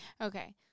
Okay